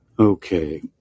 Okay